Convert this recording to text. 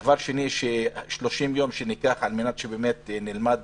דבר שני, שניקח 30 יום על מנת שנלמד